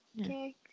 Okay